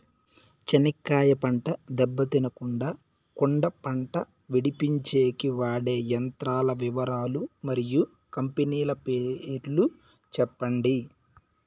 చెనక్కాయ పంట దెబ్బ తినకుండా కుండా పంట విడిపించేకి వాడే యంత్రాల వివరాలు మరియు కంపెనీల పేర్లు చెప్పండి?